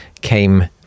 came